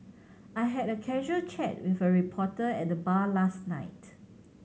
I had a casual chat with a reporter at the bar last night